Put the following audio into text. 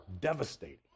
devastating